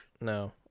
No